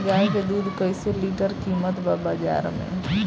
गाय के दूध कइसे लीटर कीमत बा बाज़ार मे?